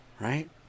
right